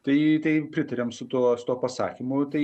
tai tai pritariam su tuo su tuo pasakymu tai